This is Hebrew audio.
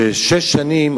שש שנים,